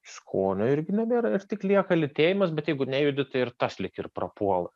skonio irgi nebėra ir tik lieka lytėjimas bet jeigu nejudi tai ir tas lyg ir prapuola